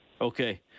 Okay